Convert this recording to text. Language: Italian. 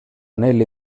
nelle